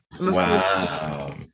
Wow